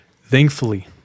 Thankfully